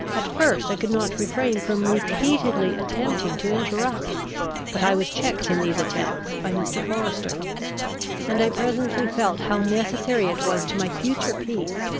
at first i could not refrain from repeatedly attempting to interrupt but i was checked in these attempts by mr. forester and i presently felt how necessary it was to my future peace,